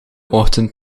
ochtend